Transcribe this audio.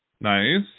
Nice